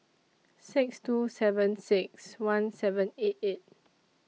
six two seven six one seven eight eight